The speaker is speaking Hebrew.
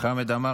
חמד עמאר,